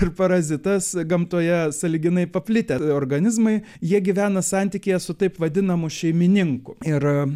ir parazitas gamtoje sąlyginai paplitę organizmai jie gyvena santykyje su taip vadinamu šeimininku ir